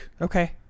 Okay